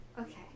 Okay